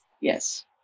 yes